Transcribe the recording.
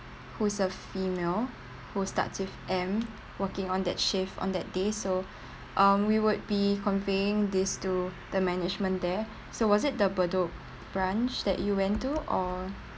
who's a female who starts with them working on that shift on that day so um we would be conveying this to the management there so was it the bedok branch that you went to or